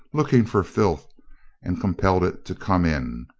looking for filth and compelled it to come in.